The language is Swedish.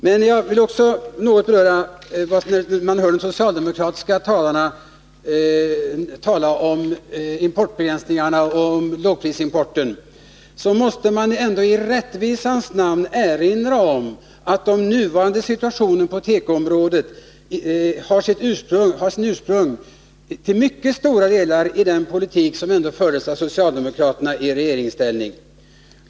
När jag hör de socialdemokratiska debattörerna tala om begränsning av lågprisimporten måste jag ändå i rättvisans namn erinra om att den nuvarande situationen på tekoområdet har sitt ursprung till mycket stora delar i den politik som fördes av socialdemokraterna i regeringsställning.